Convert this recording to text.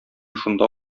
шунда